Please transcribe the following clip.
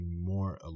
more